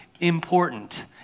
important